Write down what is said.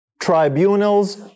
tribunals